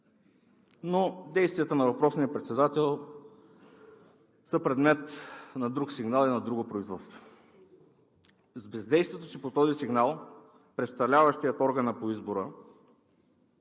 Действията на въпросния председател обаче са предмет на друг сигнал и на друго производство. С бездействието си по този сигнал представляващият органа по избора